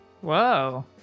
Whoa